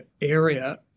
area